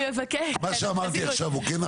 אה, מה שאמרתי עכשיו הוא כן נכון?